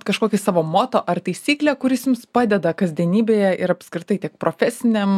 kažkokį savo moto ar taisyklę kuris jums padeda kasdienybėje ir apskritai tiek profesiniam